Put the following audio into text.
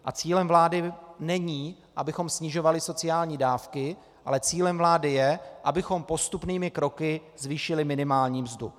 A cílem vlády není, abychom snižovali sociální dávky, ale cílem vlády je, abychom postupnými kroky zvýšili minimální mzdu.